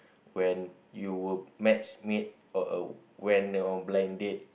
when you were matchmade or uh went on a blind date